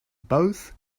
both